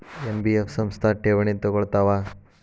NBF ಸಂಸ್ಥಾ ಠೇವಣಿ ತಗೋಳ್ತಾವಾ?